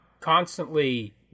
constantly